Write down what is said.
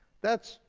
that's,